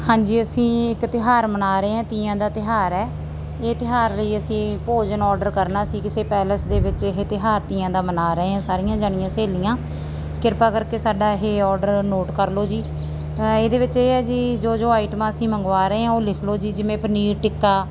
ਹਾਂਜੀ ਅਸੀਂ ਇੱਕ ਤਿਉਹਾਰ ਮਨਾ ਰਹੇ ਹਾਂ ਤੀਆਂ ਦਾ ਤਿਉਹਾਰ ਹੈ ਇਹ ਤਿਉਹਾਰ ਲਈ ਅਸੀਂ ਭੋਜਨ ਓਡਰ ਕਰਨਾ ਸੀ ਕਿਸੇ ਪੈਲਸ ਦੇ ਵਿੱਚ ਇਹ ਤਿਓਹਾਰ ਤੀਆਂ ਦਾ ਮਨਾ ਰਹੇ ਹਾਂ ਸਾਰੀਆਂ ਜਾਣੀਆਂ ਸਹੇਲੀਆਂ ਕਿਰਪਾ ਕਰਕੇ ਸਾਡਾ ਇਹ ਓਡਰ ਨੋਟ ਕਰ ਲਓ ਜੀ ਇਹਦੇ ਵਿੱਚ ਇਹ ਹੈ ਜੀ ਜੋ ਜੋ ਆਈਟਮਾਂ ਅਸੀਂ ਮੰਗਵਾ ਰਹੇ ਆ ਉਹ ਲਿਖ ਲਓ ਜੀ ਜਿਵੇਂ ਪਨੀਰ ਟਿੱਕਾ